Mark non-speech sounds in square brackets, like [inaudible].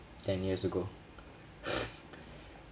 ten years ago [laughs]